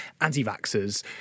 anti-vaxxers